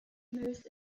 most